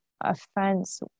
offense